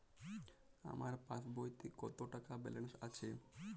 আমার পাসবইতে কত টাকা ব্যালান্স আছে?